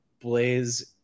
Blaze